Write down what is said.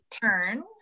turn